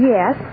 Yes